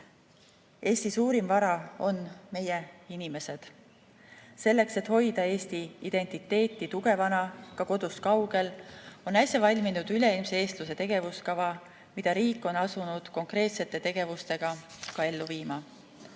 Eesti suurim vara on meie inimesed. Selleks, et hoida Eesti identiteeti tugevana ka kodust kaugel, on äsja valminud üleilmse eestluse tegevuskava, mida riik on asunud konkreetsete tegevustega ka ellu viima.